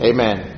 Amen